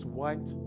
white